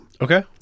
Okay